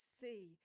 see